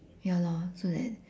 ya lor so that